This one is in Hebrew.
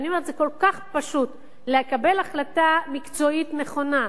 כל כך פשוט לקבל החלטה מקצועית נכונה,